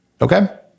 okay